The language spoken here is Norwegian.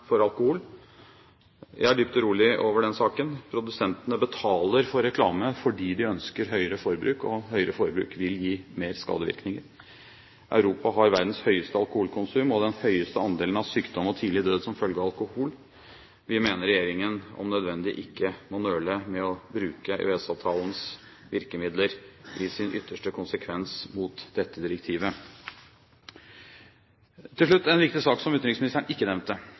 for alkohol. Jeg er dypt urolig over den saken. Produsentene betaler for reklame fordi de ønsker høyere forbruk, og høyere forbruk vil gi flere skadevirkninger. Europa har verdens høyeste alkoholkonsum og den høyeste andelen av sykdom og tidlig død som følge av alkohol. Vi mener regjeringen, om nødvendig, ikke må nøle med å bruke EØS-avtalens virkemidler i sin ytterste konsekvens mot dette direktivet. Til slutt til en viktig sak som utenriksministeren ikke nevnte.